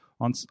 on